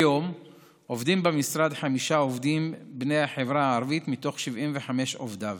כיום עובדים במשרד חמישה עובדים בני החברה הערבית מתוך 75 עובדיו.